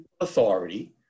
authority